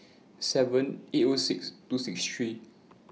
seven eight O six two six three